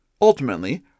Ultimately